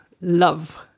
love